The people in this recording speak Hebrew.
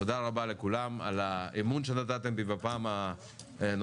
תודה רבה לכולם על האמון שנתתם בי בפעם הנוספת.